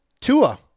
Tua